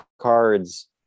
cards